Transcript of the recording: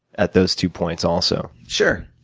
at those two points, also. sure.